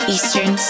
Eastern